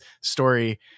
story